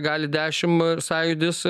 gali dešimt sąjūdis